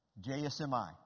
JSMI